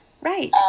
Right